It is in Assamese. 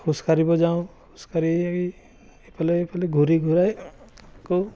খোজ কাঢ়িব যাওঁ খোজ কাঢ়ি আহি ইফালে ইফালে ঘূৰি ঘূৰাই আকৌ